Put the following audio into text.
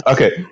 Okay